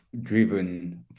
driven